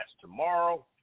tomorrow